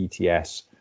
ETS